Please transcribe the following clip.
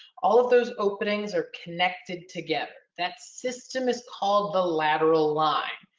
all of those openings are connected together. that system is called the lateral line.